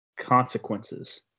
Consequences